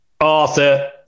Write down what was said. Arthur